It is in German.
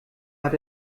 hat